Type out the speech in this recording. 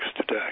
today